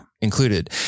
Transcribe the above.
included